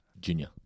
junior